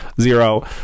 Zero